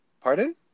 Pardon